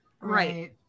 Right